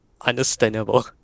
understandable